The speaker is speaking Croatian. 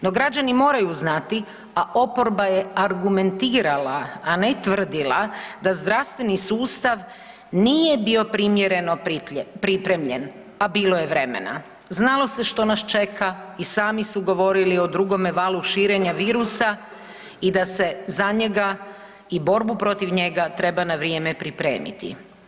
No građani moraju znati, a oporba je argumentirala, a ne tvrdila da zdravstveni sustav nije bio primjereno pripremljen, a bilo je vremena, znalo se što nas čeka i sami su govorili o drugome valu širenja virusa i da se za njega i borbu protiv njega treba na vrijeme pripremiti.